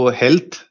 health